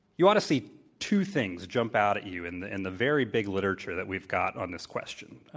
you ought to see two things jump out at you in the in the very big literature that we've got on this question.